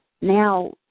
now